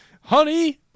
Honey